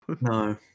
No